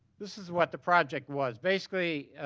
this is what the project was. basically,